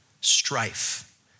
strife